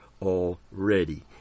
Already